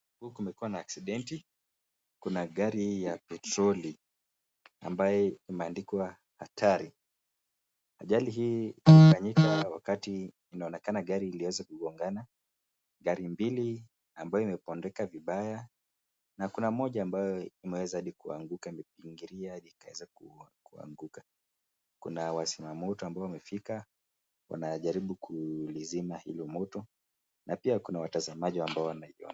Huku kumekuwa na aksidenti. Kuna gari ya petroli ambayo imeandikwa hatari. Ajali hii ilifanyika wakati inaonekana gari liliweza kugongana, magari mbili ambayo yamepondeka vibaya na kuna moja ambayo imeweza hadi kuanguka imebingilia ikaweza kuanguka. Kuna wazima moto ambao wamefika wanajaribu kulizima hilo moto na pia kuna watazamaji ambao wanaiangalia.